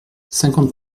cinquante